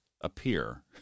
appear